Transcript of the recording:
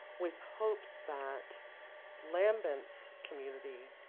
with hopes that lambent's community,